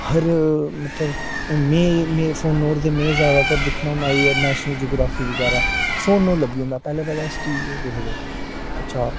हर मतलब हून में मेरे फोनां 'र ते में जादातर दिक्खना होना नेशनल जियोग्रॉफी बगैरा फोनो 'र लब्भी जंदा पैह्लें पैह्लें टी वी होर दिक्खदे हे अच्छा